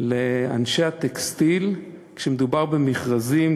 לאנשי הטקסטיל כשמדובר במכרזים